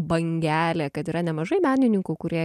bangelė kad yra nemažai menininkų kurie